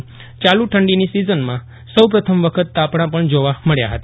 યાલુ ઠંડીની સિઝનમાં સૌપ્રથમ વખત તાપણા જોવા મળ્યા હતા